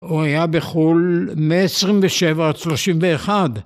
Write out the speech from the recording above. ‫הוא היה בחול מה 27 עד ה 31.